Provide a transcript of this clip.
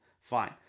Fine